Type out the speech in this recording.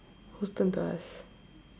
whose turn to ask